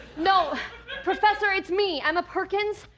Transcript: no professor, it's me emma perkins?